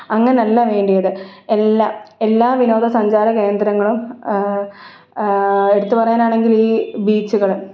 അങ്ങനെയല്ല വേണ്ടത് എല്ലാ എല്ലാ വിനോദസഞ്ചാര കേന്ദ്രങ്ങളും എടുത്തു പറയാനാണെങ്കിൽ ഈ ബീച്ചുകൾ